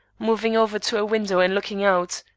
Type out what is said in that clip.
moving over to a window and looking out.